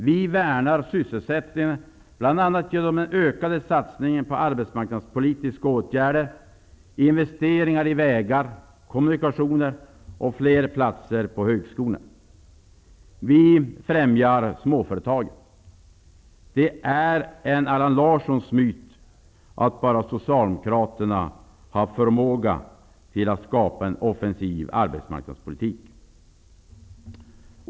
Vi värnar sysselsättningen, bl.a. genom den ökade satsningen på arbetsmarknadspolitiska åtgärder och investeringar i vägar, kommunikationer och fler platser på högskolorna. Vi främjar småföretagen. Det är en Allan Larssonsk myt att bara Socialdemokraterna haft förmåga att skapa en offensiv arbetsmarknadspolitik.